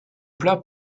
plat